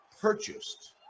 purchased